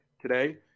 today